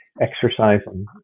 exercising